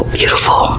beautiful